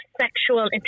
sexual